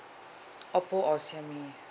oppo or xiaomi